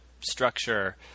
structure